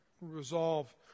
resolve